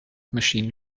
machine